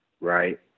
right